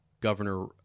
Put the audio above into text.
Governor